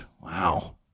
Wow